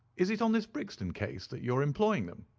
is it on this brixton case that you are employing them?